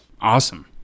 Awesome